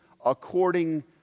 According